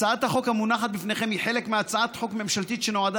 הצעת החוק המונחת לפניכם היא חלק מהצעת חוק ממשלתית שנועדה